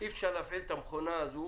אי-אפשר להפעיל את המכונה הזו